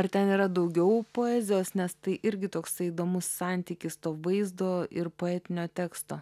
ar ten yra daugiau poezijos nes tai irgi toksai įdomus santykis to vaizdo ir poetinio teksto